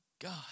God